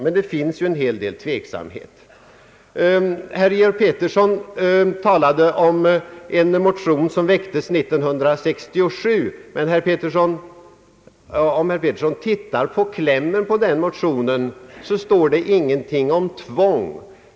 Men många är mycket tveksamma. Herr Georg Pettersson talade om en motion som väcktes 1967. Men om herr Pettersson tittar på klämmen i den motionen finner han ingenting om tvång.